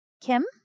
Kim